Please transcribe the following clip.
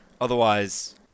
Otherwise